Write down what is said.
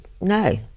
no